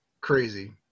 crazy